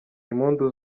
impundu